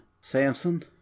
samson